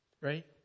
Right